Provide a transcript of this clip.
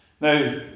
now